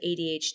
ADHD